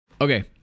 Okay